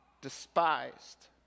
Despised